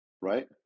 right